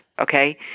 okay